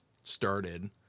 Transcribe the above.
started